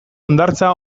hondartza